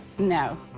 no.